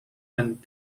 and